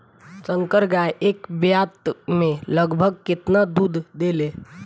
संकर गाय एक ब्यात में लगभग केतना दूध देले?